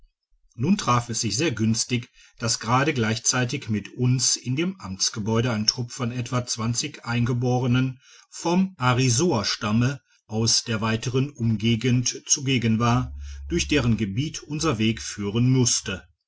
nun traf es sich sehr günstig dass gerade gleichzeitig mit uns in dem amtsgebäude ein trupp von etwa zwanzig eingeborenen vom arisoastamme aus der weiteren umgegend zugegen war durch deren gebiet unser weg führen musste